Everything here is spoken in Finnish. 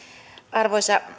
arvoisa